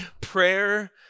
Prayer